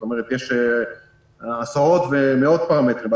זאת אומרת, יש עשרות ומאות פרמטרים.